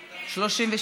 כן, כן.